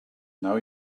now